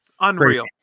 Unreal